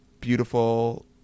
beautiful